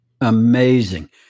Amazing